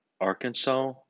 Arkansas